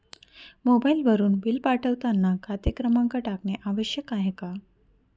मोबाईलवरून बिल पाठवताना खाते क्रमांक टाकणे आवश्यक आहे का?